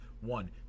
One